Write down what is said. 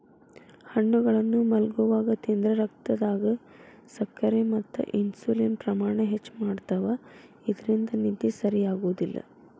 ಹಣ್ಣುಗಳನ್ನ ಮಲ್ಗೊವಾಗ ತಿಂದ್ರ ರಕ್ತದಾಗ ಸಕ್ಕರೆ ಮತ್ತ ಇನ್ಸುಲಿನ್ ಪ್ರಮಾಣ ಹೆಚ್ಚ್ ಮಾಡ್ತವಾ ಇದ್ರಿಂದ ನಿದ್ದಿ ಸರಿಯಾಗೋದಿಲ್ಲ